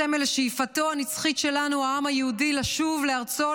הסמל לשאיפתו הנצחית של העם היהודי לשוב לארצו,